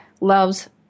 loves